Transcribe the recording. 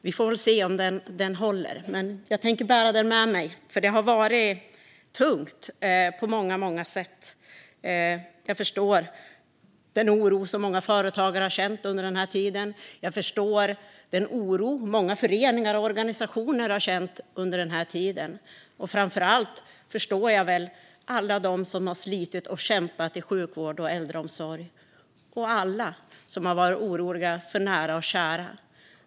Vi får väl se om den håller, men jag tänker bära den med mig. Det har nämligen varit tungt på många sätt. Jag förstår den oro som många företagare har känt under den här tiden. Jag förstår den oro som många föreningar och organisationer har känt under den här tiden. Framför allt förstår jag alla som har slitit och kämpat i sjukvård och äldreomsorg och alla som har varit oroliga för nära och kära.